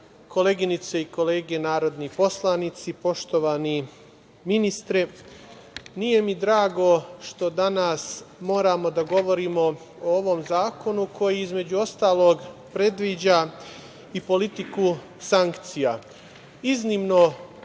koleginice i kolege narodni poslanici, poštovani ministre, nije mi drago što danas moramo da govorimo o ovom zakonu koji, između ostalog, predviđa i politiku sankcija. Iznimno